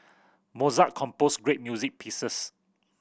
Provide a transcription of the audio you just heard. Mozart composed great music pieces